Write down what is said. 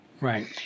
Right